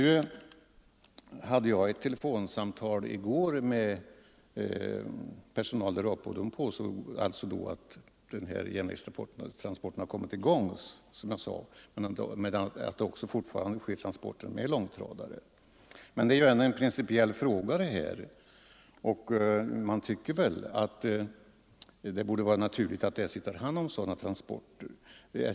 I går hade jag ett telefonsamtal med personal däruppe, som då påstod att järnvägstransporterna hade kommit i gång men att transporter med långtradare fortfarande förekommer. Detta är ju ändå en principiell fråga. Man tycker det borde vara naturligt att SJ tar hand om sådana transporter.